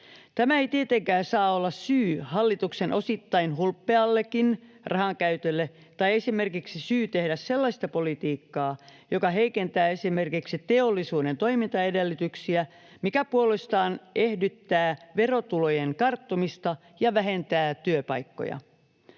Tämä ei tietenkään saa olla syy hallituksen osittain hulppeallekin rahankäytölle tai esimerkiksi syy tehdä sellaista politiikkaa, joka heikentää esimerkiksi teollisuuden toimintaedellytyksiä, mikä puolestaan ehdyttää verotulojen karttumista ja vähentää työpaikkoja.